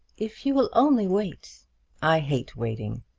if you will only wait i hate waiting.